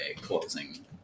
closing